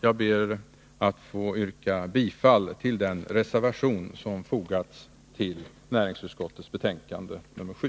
Jag ber att få yrka bifall till den reservation som fogats till näringsutskottets betänkande nr 7.